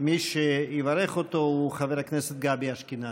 מי שיברך אותו הוא חבר הכנסת גבי אשכנזי.